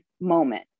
moment